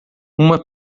uma